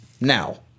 now